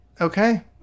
Okay